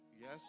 yes